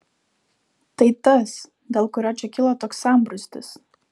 tai tas dėl kurio čia kilo toks sambrūzdis